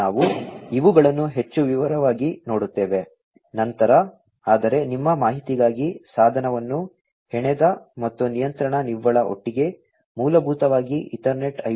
ನಾವು ಇವುಗಳನ್ನು ಹೆಚ್ಚು ವಿವರವಾಗಿ ನೋಡುತ್ತೇವೆ ನಂತರ ಆದರೆ ನಿಮ್ಮ ಮಾಹಿತಿಗಾಗಿ ಸಾಧನವನ್ನು ಹೆಣೆದ ಮತ್ತು ನಿಯಂತ್ರಣ ನಿವ್ವಳ ಒಟ್ಟಿಗೆ ಮೂಲಭೂತವಾಗಿ ಈಥರ್ನೆಟ್ IP ಯ ವಿವಿಧ ಪದರಗಳನ್ನು ನಿಯಂತ್ರಿಸುತ್ತದೆ